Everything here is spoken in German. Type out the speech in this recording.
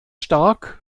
stark